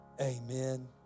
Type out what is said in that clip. Amen